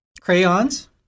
Crayons